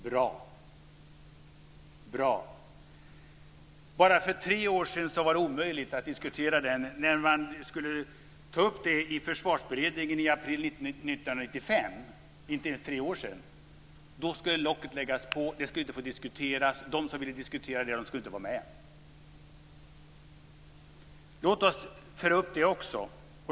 Bra, bra! Bara för tre år sedan var det omöjligt att diskutera den. När man skulle ta upp den i Försvarsberedningen i april 1995 - för inte ens tre år sedan - då skulle locket läggas på, det skulle inte få diskuteras, de som ville diskutera den fick inte vara med. Låt oss ta upp det också.